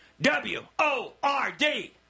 W-O-R-D